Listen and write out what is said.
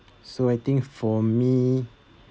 so I think for me